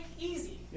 easy